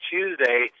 Tuesday